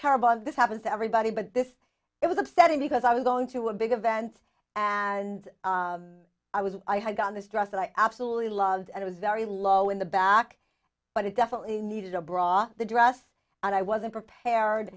terrible of this happens to everybody but this it was upsetting because i was going to a big event and i was i had gotten this dress that i absolutely loved and it was very low in the back but it definitely needed a bra the dress and i wasn't prepared